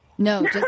No